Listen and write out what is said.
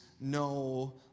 no